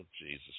Jesus